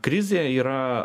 krizė yra